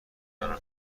آنرا